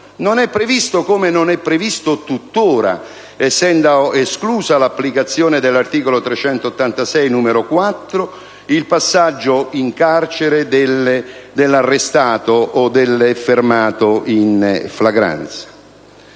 non è previsto (come non è previsto tuttora, essendo esclusa l'applicazione dell'articolo 386, comma 4) il passaggio in carcere dell'arrestato o del fermato in flagranza